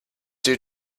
due